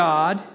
God